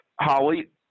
Holly